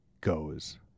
goes